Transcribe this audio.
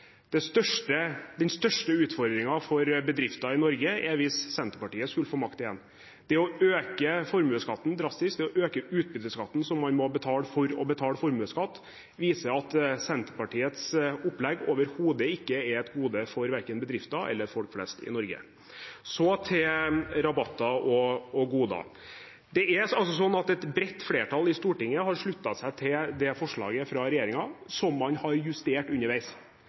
Den største utfordringen for bedrifter i Norge er om Senterpartiet skulle få makt igjen. Det å øke formuesskatten drastisk, det å øke utbytteskatten som man må betale for å betale formuesskatt, viser at Senterpartiets opplegg overhodet ikke er et gode for verken bedrifter eller folk flest i Norge. Så til rabatter og goder: Et bredt flertall på Stortinget har sluttet seg til regjeringens forslag, som man har justert underveis.